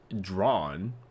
Drawn